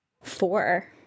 Four